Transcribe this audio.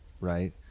right